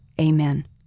Amen